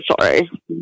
sorry